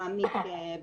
על מה עושים עם הכסף שלהם.